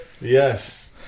yes